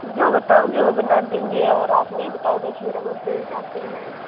जो बताओगे वो बना देंगे और आप नहीं बताओगे फिर हम अपने हिसाब से बनाएँगे